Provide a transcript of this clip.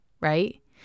right